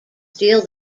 still